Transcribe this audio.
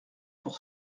pour